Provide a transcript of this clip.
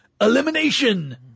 Elimination